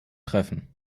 treffen